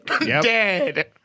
Dead